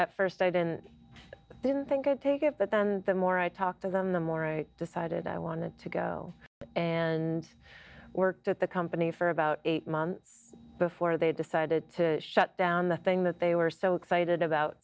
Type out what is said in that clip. at first i didn't didn't think i'd take it but then the more i talked to them the more i decided i wanted to go and work at the company for about a month before they decided to shut down the thing that they were so excited about